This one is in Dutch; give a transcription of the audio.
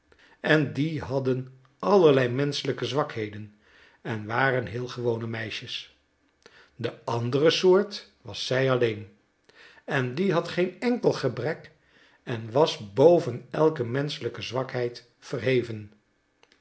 en die hadden allerlei menschelijke zwakheden en waren heel gewone meisjes de andere soort was zij alleen en die had geen enkel gebrek en was boven elke menschelijke zwakheid verheven